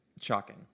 shocking